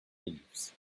thieves